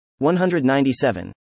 197